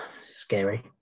scary